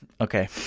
Okay